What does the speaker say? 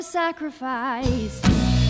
Sacrifice